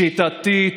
שיטתית,